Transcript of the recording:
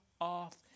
off